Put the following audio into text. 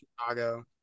Chicago